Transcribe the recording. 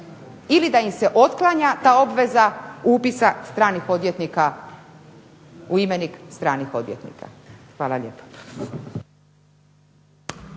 ili da im se otklanja ta obveza upisa stranih odvjetnika u imenik